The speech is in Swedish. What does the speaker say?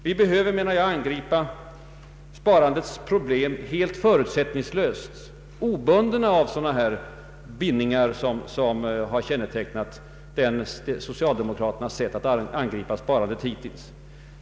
Vi behöver, menar jag, angripa sparandets problem helt förutsättningslöst och utan den bundenhet som har kännetecknat socialdemokraternas hittillsvarande sätt att behandla sparandet.